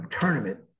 tournament